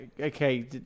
Okay